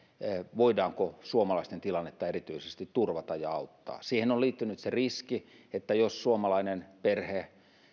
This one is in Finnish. voidaanko suomalaisten tilannetta erityisesti turvata ja auttaa siihen on liittynyt se riski että jos suomalainen perhe